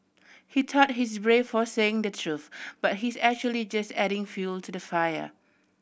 he thought he's brave for saying the truth but he's actually just adding fuel to the fire